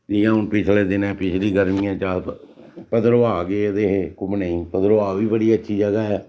जियां हून पिछले दिनें पिछली गर्मियें च अस भद्रवाह् गेदे हे घूमने गी भद्रवाह् बी बड़ी अच्छी जगह् ऐ